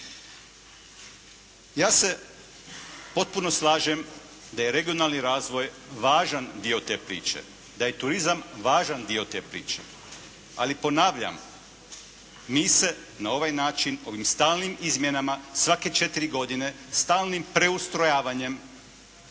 Ja se potpuno slažem da je regionalni razvoj važan dio te priče, da je turizam važan dio te priče. Ali ponavljam, mi se na ovaj način ovim stalnim izmjenama svake četiri godine, stalnim preustrojavanjem